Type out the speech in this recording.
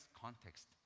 context